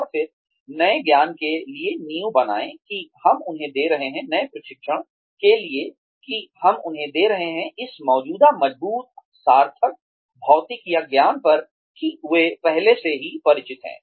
और फिर नए ज्ञान के लिए नींव बनाएं कि हम उन्हें दे रहे हैं नए प्रशिक्षण के लिए कि हम उन्हें दे रहे हैं इस मौजूदा मजबूत सार्थक भौतिक या ज्ञान पर कि वे पहले से ही परिचित हैं